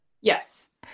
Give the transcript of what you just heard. Yes